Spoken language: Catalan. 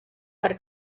per